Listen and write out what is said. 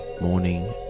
morning